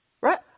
Right